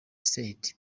state